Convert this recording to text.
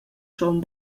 schon